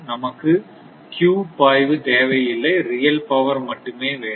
நமக்கு Q பாய்வு தேவை இல்லை ரியல் பவர் மட்டுமே வேண்டும்